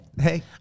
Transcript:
Hey